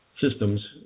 systems